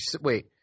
Wait